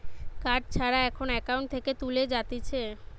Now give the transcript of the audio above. card ছাড়া এখন account থেকে তুলে যাতিছে